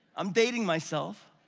i'm dating myself.